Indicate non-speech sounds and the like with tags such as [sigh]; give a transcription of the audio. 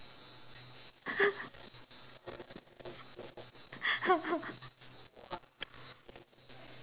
[laughs]